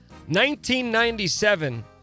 1997